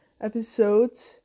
episodes